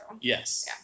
Yes